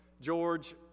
George